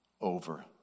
over